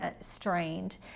strained